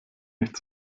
nicht